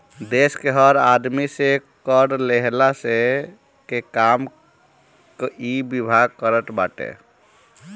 देस के हर आदमी से कर लेहला के काम इ विभाग करत बाटे